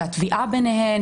והתביעה ביניהן,